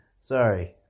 sorry